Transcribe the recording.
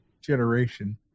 generation